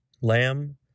lamb